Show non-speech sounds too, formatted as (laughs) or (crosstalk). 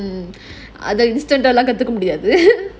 but um அத:adha instant ah எடுத்துக்க முடியாது:eduthuka mudiyaathu (laughs)